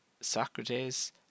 Socrates